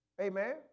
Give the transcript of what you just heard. amen